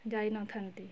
ଯାଇନଥାନ୍ତି